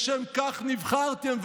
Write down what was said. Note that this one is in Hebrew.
לשם כך נבחרתם,